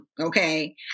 Okay